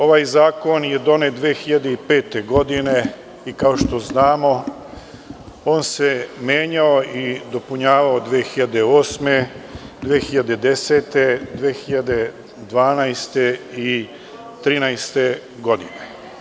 Ovaj zakon je donet 2005. godine i kao što znamo, on se menjao i dopunjavao 2008, 2010, 2012. i 2013. godine.